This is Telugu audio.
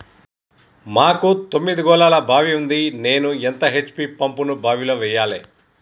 మాకు తొమ్మిది గోళాల బావి ఉంది నేను ఎంత హెచ్.పి పంపును బావిలో వెయ్యాలే?